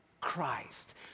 Christ